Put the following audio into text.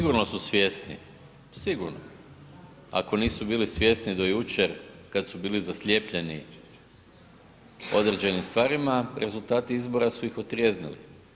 Sigurno su svjesni, sigurno, ako nisu bili svjesni do jučer kad su bili zaslijepljeni određenim stvarima, rezultati izbora su iz otrijeznili.